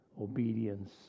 obedience